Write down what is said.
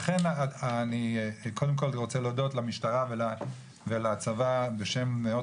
ולכן אני קודם כול רוצה להודות למשטרה ולצבא בשם מאות